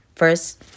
first